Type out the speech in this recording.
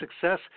success